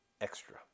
extra